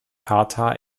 charta